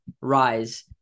rise